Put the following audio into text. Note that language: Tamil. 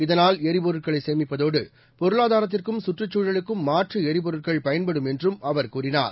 இதனால் எரிபொருட்களை சேமிப்பதோடு பொருளாதாரத்திற்கும் சுற்றுச்சூழலுக்கும் மாற்று எரிபொருட்கள் பயன்படும் என்றும் அவர் கூறினார்